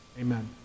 amen